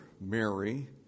Mary